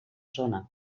zona